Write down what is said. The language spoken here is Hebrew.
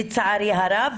לצערי הרב,